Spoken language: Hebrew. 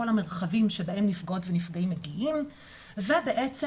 המרחבים שאליהם נפגעות ונפגעים מגיעים ובעצם,